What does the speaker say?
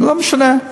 לא משנה.